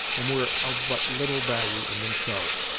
and were of but little value in themselves.